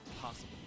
possible